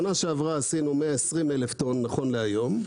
שנה שעברה עשינו 120,000 טון נכון להיום,